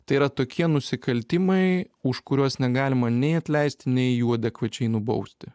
tai yra tokie nusikaltimai už kuriuos negalima nei atleisti nei jų adekvačiai nubausti